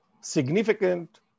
significant